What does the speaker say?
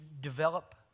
develop